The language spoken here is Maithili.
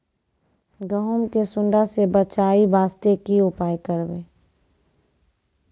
गहूम के सुंडा से बचाई वास्ते की उपाय करबै?